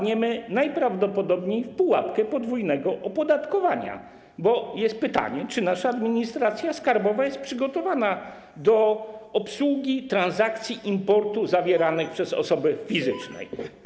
Najprawdopodobniej wpadniemy w pułapkę podwójnego opodatkowania, bo jest pytanie, czy nasza administracja skarbowa jest przygotowana do obsługi transakcji importowych zawieranych przez osoby fizyczne.